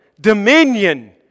dominion